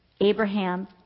Abraham